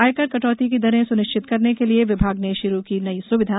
आयकर कटौती की दरें सुनिश्चित करने के लिए विभाग ने शुरू की नई सुविधा